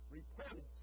reported